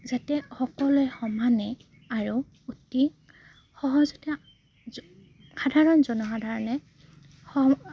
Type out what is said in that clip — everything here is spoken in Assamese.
যাতে সকলোৱে সমানে আৰু অতি সহজতে সাধাৰণ জনসাধাৰণে